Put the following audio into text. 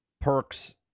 perks